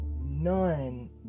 none